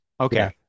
Okay